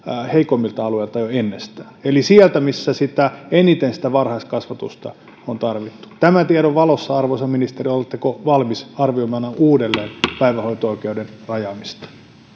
heikoimmilta alueilta eli sieltä missä eniten sitä varhaiskasvatusta on tarvittu tämän tiedon valossa arvoisa ministeri oletteko valmis arvioimaan uudelleen päivähoito oikeuden rajaamista